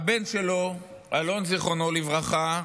הבן שלו אלון, זיכרונו לברכה,